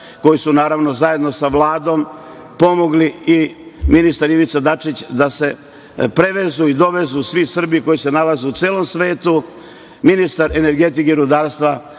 koji su naravno zajedno sa Vladom pomogli i ministar Ivica Dačić, da se prevezu i dovezu svi Srbi koji se nalaze po celom svetu, ministar energetike, rudarstva